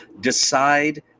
decide